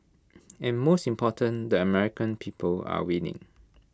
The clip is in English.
and most important the American people are winning